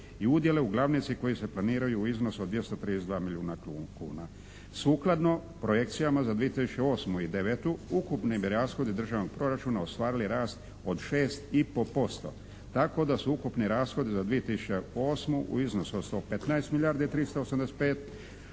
i udjele u glavnici koji se planiraju u iznos od 232 milijuna kuna. Sukladno projekcijama za 2008. i 2009. ukupni bi rashodi državnog proračuna ostvarili rast od 6 i pol posto tako da se ukupni rashodi za 2008. u iznosu od 115 milijardi 385,